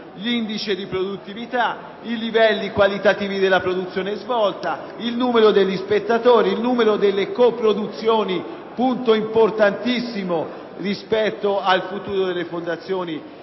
l'indice di produttività, i livelli qualitativi della produzione svolta, il numero degli spettatori, il numero delle coproduzioni (che poi è un punto importantissimo rispetto al futuro delle fondazioni